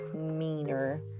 meaner